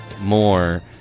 more